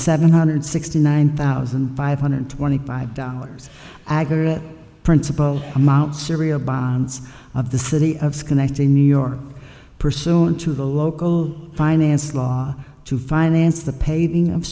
seven hundred sixty nine thousand five hundred twenty five dollars agora principal amount serial bonds of the city of schenectady new york pursuant to the local finance law to finance the paving of